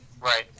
Right